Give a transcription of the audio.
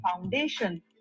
Foundation